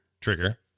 trigger